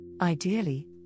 Ideally